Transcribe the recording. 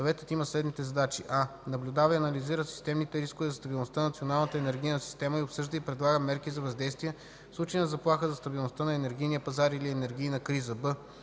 Съветът има следните задачи: